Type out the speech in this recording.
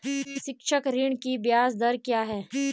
शैक्षिक ऋण की ब्याज दर क्या है?